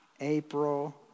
April